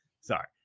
Sorry